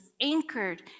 anchored